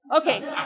Okay